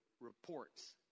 reports